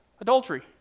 Adultery